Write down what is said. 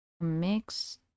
mix